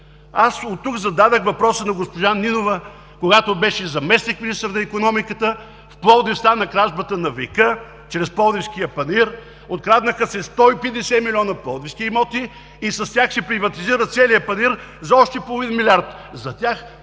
Аз от тук зададох въпроса на госпожа Нинова. Когато беше заместник-министър на икономиката, в Пловдив стана кражбата на века чрез Пловдивския панаир. Откраднаха се 150 милиона пловдивски имота и с тях се приватизира целият панаир за още половин милиард. За тях